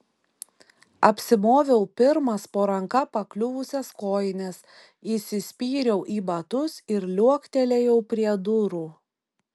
apsimoviau pirmas po ranka pakliuvusias kojines įsispyriau į batus ir liuoktelėjau prie durų